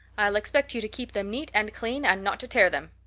i'll expect you to keep them neat and clean and not to tear them.